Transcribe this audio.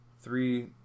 three